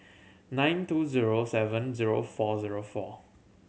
nine two zero seven zero four zero four